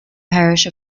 parish